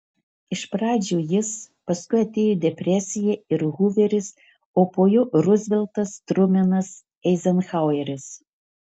iš pradžių jis paskui atėjo depresija ir huveris o po jo ruzveltas trumenas eizenhaueris